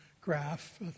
graph